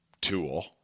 tool